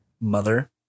mother